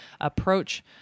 approach